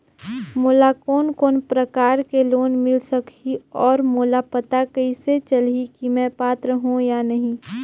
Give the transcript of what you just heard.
मोला कोन कोन प्रकार के लोन मिल सकही और मोला पता कइसे चलही की मैं पात्र हों या नहीं?